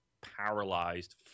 paralyzed